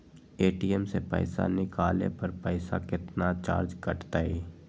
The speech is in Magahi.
ए.टी.एम से पईसा निकाले पर पईसा केतना चार्ज कटतई?